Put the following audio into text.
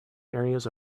areas